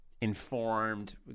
informed